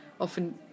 often